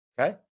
Okay